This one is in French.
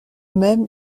même